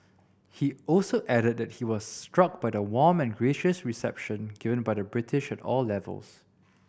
he also added that he was struck by the warm and gracious reception given by the British at all levels